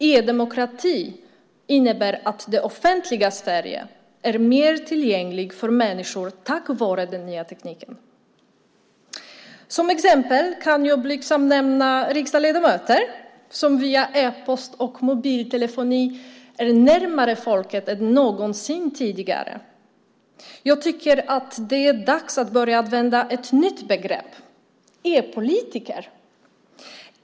E-demokrati innebär att det offentliga Sverige tack vare den nya tekniken är mer tillgängligt för människorna. Som exempel kan jag blygsamt nämna riksdagsledamöter som via e-post och mobiltelefoni är närmare folket än någonsin tidigare. Jag tycker att det är dags att börja använda ett nytt begrepp - e-politiker.